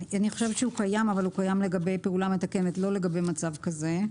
אני חושבת שהוא קיים אבל הוא קיים לגבי פעולה מתקנת ולא לגבי מצב כזה.